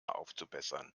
aufzubessern